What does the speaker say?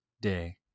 day